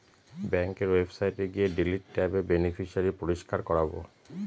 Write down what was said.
ব্যাঙ্কের ওয়েবসাইটে গিয়ে ডিলিট ট্যাবে বেনিফিশিয়ারি পরিষ্কার করাবো